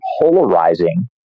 polarizing